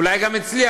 ואולי גם הצליח,